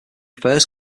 first